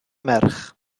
merch